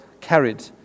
carried